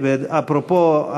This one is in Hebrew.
אפרופו,